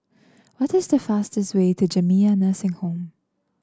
what is the fastest way to Jamiyah Nursing Home